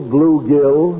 Bluegill